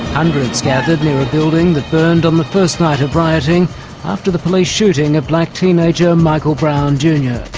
hundreds gathered near a building that burned on the first night of rioting after the police shooting of black teenager michael brown jnr.